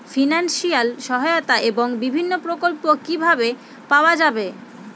Financial সহায়তা এবং বিভিন্ন প্রকল্প কিভাবে পাওয়া যাবে?